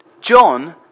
John